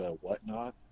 Whatnot